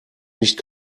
nicht